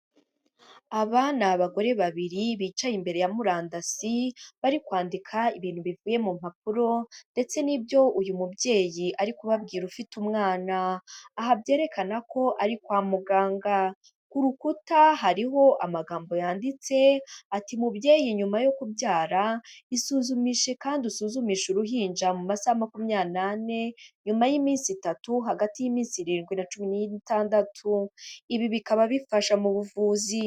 Aba ni abagore babiri bicaye imbere ya murandasi bari kwandika ibintu bivuye mu mpapuro ndetse n'ibyo uyu mubyeyi ari kubabwira ufite umwana. Aha byerekana ko ari kwa muganga ku rukuta hariho amagambo yanditse ati'' Mubyeyi nyuma yo kubyara isuzumishe kandi usuzumishe uruhinja mu masaha makumya nane nyuma y'iminsi itatu hagati y'iminsi irindwi na cumi n'itandatu'' ibi bikaba bifasha mu buvuzi.